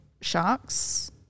sharks